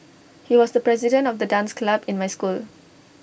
he was the president of the dance club in my school